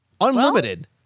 Unlimited